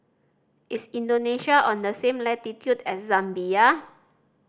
is Indonesia on the same latitude as Zambia